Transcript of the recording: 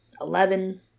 eleven